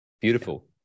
beautiful